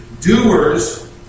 doers